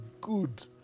good